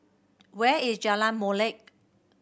where is Jalan Molek